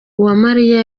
uwamariya